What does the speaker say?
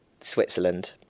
Switzerland